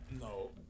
No